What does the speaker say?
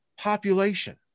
population